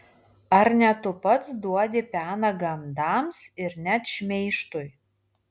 ar ne tu pats duodi peną gandams ir net šmeižtui